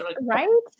Right